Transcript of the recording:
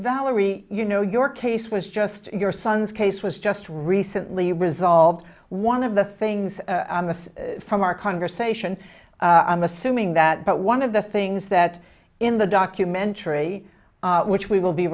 valerie you know your case was just your son's case was just recently resolved one of the things from our conversation i'm assuming that but one of the things that in the documentary which we will be